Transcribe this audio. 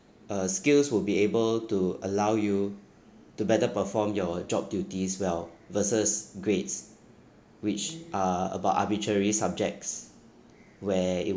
uh skills would be able to allow you to better perform your job duties well versus grades which are about arbitrary subjects where it